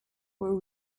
were